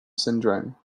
syndrome